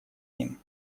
ним